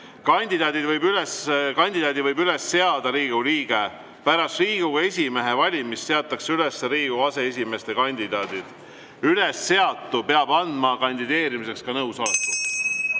Kandidaadi võib üles seada Riigikogu liige. Pärast Riigikogu esimehe valimist seatakse üles Riigikogu aseesimeeste kandidaadid. Ülesseatu peab andma kandideerimiseks ka nõusoleku.